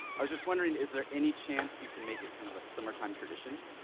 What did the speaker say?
i was just wondering, is there any chance you can make it kind of a summertime tradition?